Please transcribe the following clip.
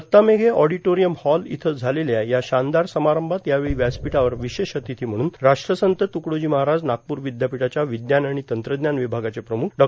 Datta Meghe auditorium hall इथं झालेल्या या शानदार समारंभात यावेळी व्यासपीठावर विशेष अतिथी म्हणून राष्ट्रसंत त्कडोजी महाराज नागपूर विद्यापीठाच्या विज्ञान आणि तंत्रज्ञान विभागाचे प्रमुख डॉ